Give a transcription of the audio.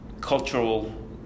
cultural